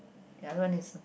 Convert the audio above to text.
the other one is